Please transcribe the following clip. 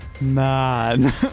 man